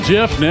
Jeff